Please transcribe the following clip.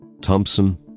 Thompson